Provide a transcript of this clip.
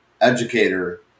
educator